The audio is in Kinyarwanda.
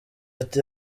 ati